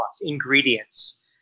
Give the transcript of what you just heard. ingredients